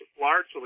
largely